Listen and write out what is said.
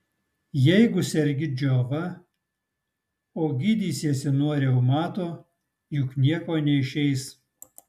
jeigu sergi džiova o gydysiesi nuo reumato juk nieko neišeis